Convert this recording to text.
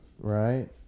right